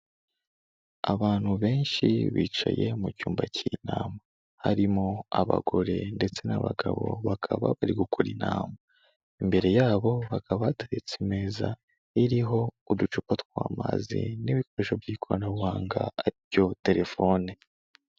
Abantu benshi bicaye mu cyumba cy'inama, harimo abagore ndetse n'abagabo bakaba bari gukora inama, imbere yabo hakaba hataretse imeza, iriho uducupa tw'amazi n'ibikoresho by'ikoranabuhanga ari byo terefone.